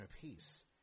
peace